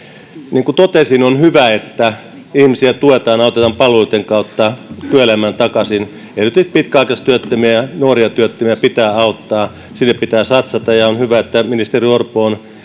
niin kuin totesin on hyvä että ihmisiä tuetaan autetaan palveluitten kautta työelämään takaisin etenkin pitkäaikaistyöttömiä nuoria työttömiä pitää auttaa sinne pitää satsata ja on hyvä että ministeri orpo